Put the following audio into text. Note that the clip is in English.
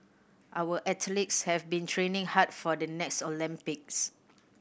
our have been training hard for the next Olympics